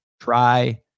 Try